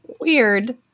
Weird